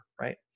right